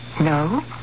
No